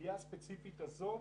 בסוגיה הספציפית הזו,